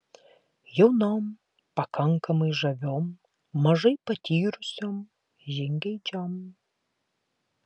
jaunom pakankamai žaviom mažai patyrusiom žingeidžiom